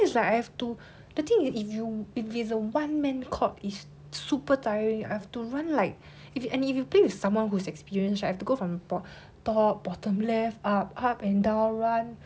it's like I have to the thing is if you if it's a one man court it's super tiring I have to run like if you and if you team with someone who is experienced right have to go from top bottom left up up and down right